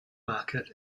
market